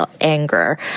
anger